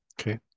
Okay